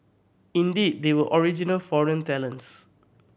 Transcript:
indeed they were original foreign talents